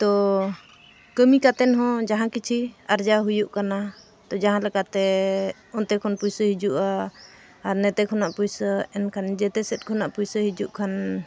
ᱛᱚ ᱠᱟᱹᱢᱤ ᱠᱟᱛᱮᱱ ᱦᱚᱸ ᱡᱟᱦᱟᱸ ᱠᱤᱪᱷᱤ ᱟᱨᱡᱟᱣ ᱦᱩᱭᱩᱜ ᱠᱟᱱᱟ ᱛᱚ ᱡᱟᱦᱟᱸ ᱞᱮᱠᱟᱛᱮ ᱚᱱᱛᱮ ᱠᱷᱚᱱ ᱯᱩᱭᱥᱟᱹ ᱦᱤᱡᱩᱜᱼᱟ ᱟᱨ ᱱᱚᱛᱮ ᱠᱷᱚᱱᱟᱜ ᱯᱩᱭᱥᱟᱹ ᱮᱱᱠᱷᱟᱱ ᱡᱮᱛᱮ ᱥᱮᱫ ᱠᱷᱚᱱᱟᱜ ᱯᱩᱭᱥᱟᱹ ᱦᱤᱡᱩᱜ ᱠᱷᱟᱱ